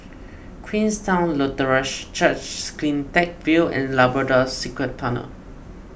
Queenstown Lutheran Church CleanTech View and Labrador Secret Tunnels